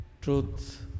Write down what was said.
truth